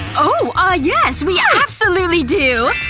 oh, ah, yes! we absolutely do!